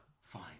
Fine